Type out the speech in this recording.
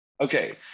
Okay